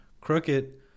crooked